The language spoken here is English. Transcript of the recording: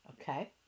Okay